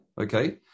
okay